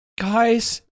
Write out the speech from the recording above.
Guys